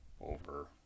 over